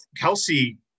Kelsey